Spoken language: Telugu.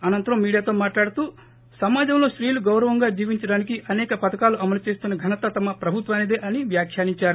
అనంతరం మీడియాతో మాట్లాడుతూ సమాజంలో స్తీలు గౌరవంగా జీవించడానికి అనేక పథకాలు అమలు చేస్తున్న ఘనత తమ ప్రభుత్వానిదే అని వ్యాఖ్యానించారు